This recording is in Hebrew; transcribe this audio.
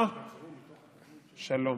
אה, שלום.